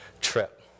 trip